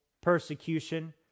persecution